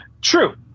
True